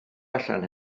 allan